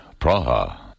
Praha